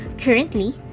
Currently